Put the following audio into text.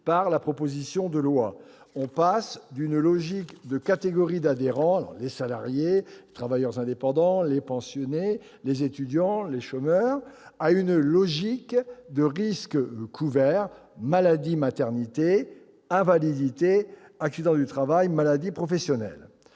par la proposition de loi, d'une logique de catégories d'adhérents- salariés, travailleurs indépendants, pensionnés, étudiants, chômeurs ... -à une logique de risques couverts- maladie-maternité, invalidité, accidents du travail et maladies professionnelles.